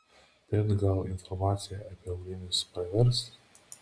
bet gal informacija apie aulinius pravers